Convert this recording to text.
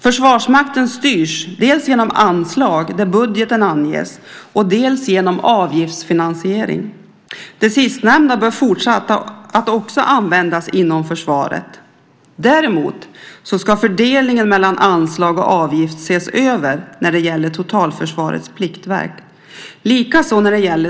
Försvarsmakten styrs dels genom anslag där budgeten anges, dels genom avgiftsfinansiering. Det sistnämnda bör fortsatt användas inom försvaret. Däremot ska fördelningen mellan anslag och avgift ses över när det gäller Totalförsvarets pliktverk.